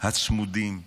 הצמודים בדימונה.